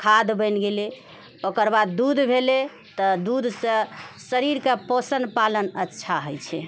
खाद्य बनि गेलै ओकर बाद दूध भेलै तऽ दूधसँ शरीरकेँ पोषण पालन अच्छा हइ छै